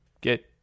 get